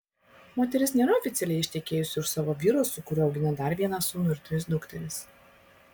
moteris nėra oficialiai ištekėjusi už savo vyro su kuriuo augina dar vieną sūnų ir tris dukteris